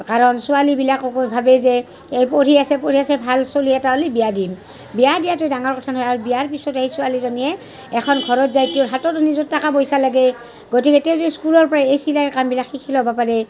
কাৰণ ছোৱালীবিলাককো ভাৱে যে এই পঢ়ি আছে পঢ়ি আছে ভাল চ'লি এটা হ'লি বিয়া দিম বিয়া দিয়াতো ডাঙৰ কথা নহয় আৰু বিয়াৰ পিছত এই ছোৱালীজনীয়ে এখন ঘৰত যাই তেওঁৰ হাততো নিজৰ টাকা পইচা লাগে গতিকে তেওঁ যদি স্কুলৰ পৰাই এই চিলাই কামবিলাক শিকি ল'বা পাৰে